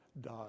die